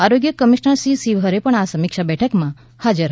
આરોગ્ય કમિશ્નર શ્રી શિવહરે પણ આ સમિક્ષા બેઠકમાં હાજર હતા